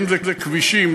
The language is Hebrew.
אם כבישים,